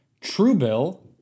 Truebill